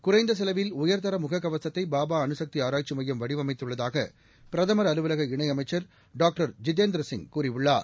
குறைந்த செலவில் உயர்தர முக கவசத்தை பாபா அனுசக்தி ஆராய்ச்சி மையம் வடிவமைத்துள்ளதாக பிரதமா் அலுவலக இணை அமைச்சா் டாக்டர் ஜிதேந்திரசிய் கூறியுள்ளார்